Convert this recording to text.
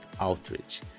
outreach